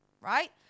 right